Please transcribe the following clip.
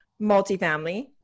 multifamily